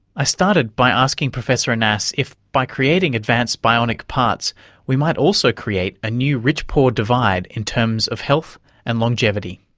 i started by asking professor annas if by creating advanced bionic parts we might also create a new rich-poor divide in terms of health and longevity.